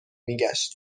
میگشت